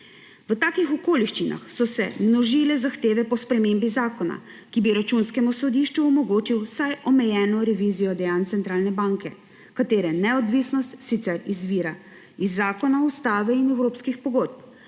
V takih okoliščinah so se množile zahteve po spremembi zakona, ki bi Računskemu sodišču omogočil vsaj omejeno revizijo dejanj centralne banke, katere neodvisnost sicer izvira iz zakona o ustavi in evropskih pogodb,